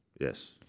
Yes